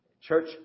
Church